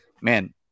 man